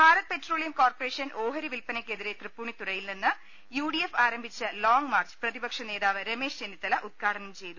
Bharat Petroleum Corporation ഓഹരി വില്പനയ്ക്കെ തിരെ തൃപ്പൂണിത്തുറയിൽ നിന്ന് യു ഡി എഫ് ആരംഭിച്ച ലോങ് മാർച്ച് പ്രതിപക്ഷനേതാവ് രമേശ് ചെന്നിത്തല ഉദ്ഘാടനം ചെയ്തു